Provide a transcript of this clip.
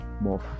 more